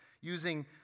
using